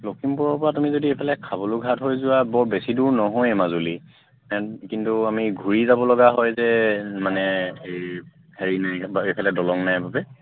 লখিমপুৰৰপৰা তুমি যদি এইফালে খাবলুঘাট হৈ যোৱা বৰ বেছি দূৰ নহয় মাজুলী কিন্তু আমি ঘূৰি যাব লগা হয় যে মানে এই হেৰি নাই বা এইফালে দলং নাই বাবে